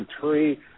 tree